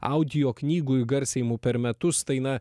audio knygų įgarsijimų per metus tai na